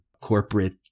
corporate